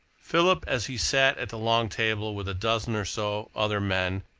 philip, as he sat at the long table with a dozen or so other men,